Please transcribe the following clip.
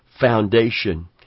foundation